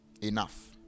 Enough